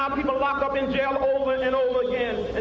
um people locked up in jail over and over again. and